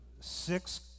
six